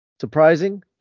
surprising